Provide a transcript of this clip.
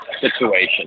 situation